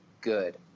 good